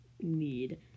Need